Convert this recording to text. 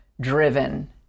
driven